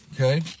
okay